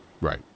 Right